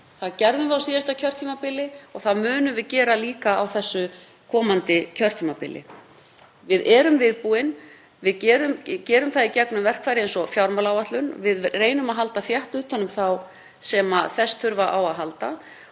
Það gerðum við á síðasta kjörtímabili og það munum við gera líka á þessu komandi kjörtímabili. Við erum viðbúin, við gerum það í gegnum verkfæri eins og fjármálaáætlun. Við reynum að halda þétt utan um þá sem þess þurfa á að halda